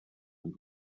and